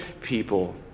people